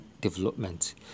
Development